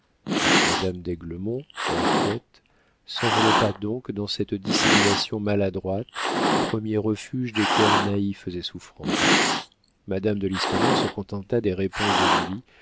madame d'aiglemont inquiète s'enveloppa donc dans cette dissimulation maladroite premier refuge des cœurs naïfs et souffrants madame de listomère se contenta des réponses de